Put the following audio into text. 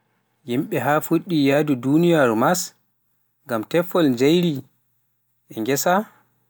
yimɓe haa fuɗɗi yahdu duniyaaru Mars ngam teppol njairi e nghesa.